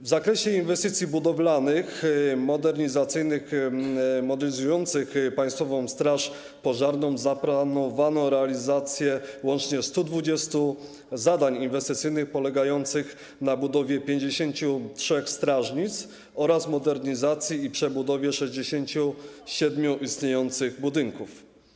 W zakresie inwestycji budowlanych modernizujących Państwową Straż Pożarną zaplanowano realizację łącznie 120 zadań inwestycyjnych polegających na budowie 53 strażnic oraz modernizacji i przebudowie 67 istniejących budynków.